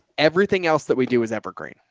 everything else that we do is evergreen,